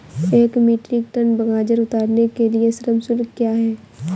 एक metric ton गाजर उतारने के लिए श्रम शुल्क क्या है?